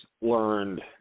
learned